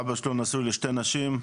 שאבא שלו נשוי לשתי נשים,